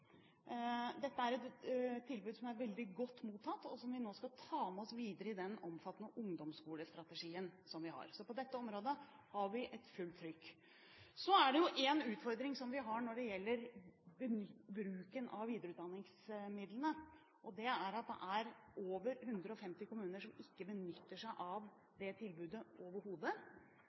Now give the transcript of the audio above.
Dette er et tilbud som er blitt veldig godt mottatt, og som vi nå skal ta med oss videre i vår omfattende ungdomsskolestrategi. Så på dette området har vi fullt trykk. Så er det én utfordring vi har når det gjelder bruken av videreutdanningsmidlene, og det er at det er over 150 kommuner som ikke benytter seg av dette tilbudet overhodet.